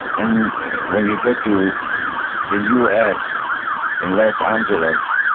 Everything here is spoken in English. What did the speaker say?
and when he get to the us in los angeles,